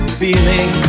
feeling